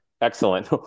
excellent